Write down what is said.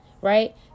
Right